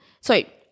sorry